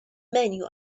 menu